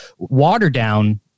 Waterdown